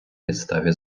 підставі